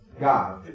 God